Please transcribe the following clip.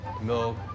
Milk